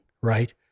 right